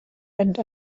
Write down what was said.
and